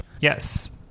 Yes